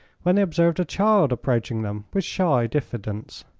when they observed a child approaching them with shy diffidence.